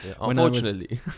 unfortunately